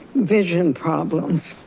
vision problems